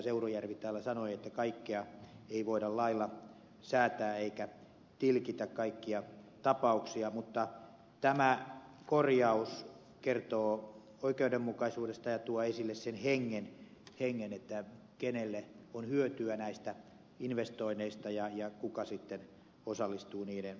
seurujärvi täällä sanoi että kaikkea ei voida lailla säätää eikä voida tilkitä kaikkia tapauksia mutta tämä korjaus kertoo oikeudenmukaisuudesta ja tuo esille sen hengen että kenelle on hyötyä näistä investoinneista ja kuka sitten osallistuu niiden maksamiseen